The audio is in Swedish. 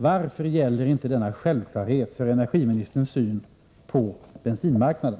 Varför gäller inte denna självklarhet för energiministerns syn på bensinmarknaden?